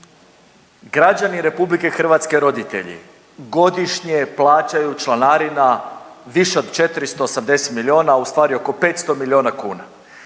Građani Republike Hrvatske roditelji godišnje plaćaju članarina više od 480 milijuna, ustvari oko 500 milijuna kuna.